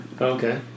Okay